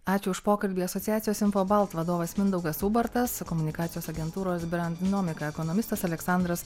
ačiū už pokalbį asociacijos infobalt vadovas mindaugas ubartas komunikacijos agentūros brendnomika ekonomistas aleksandras